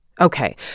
Okay